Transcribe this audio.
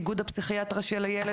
איגוד הפסיכיאטריה של הילד,